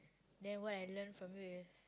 then what I learn from you is